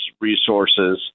resources